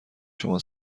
شما